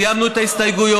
סיימנו את ההסתייגויות,